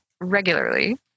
regularly